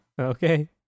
Okay